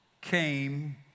came